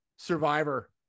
Survivor